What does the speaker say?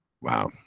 wow